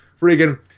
Freaking